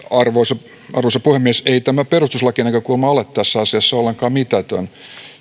arvoisa puhemies ei tämä perustuslakinäkökulma ole tässä asiassa ollenkaan mitätön